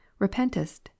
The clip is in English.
repentest